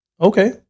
Okay